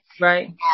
Right